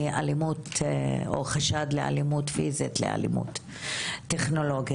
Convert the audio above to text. מאלימות או חשד לאלימות פיזית, לאלימות טכנולוגית.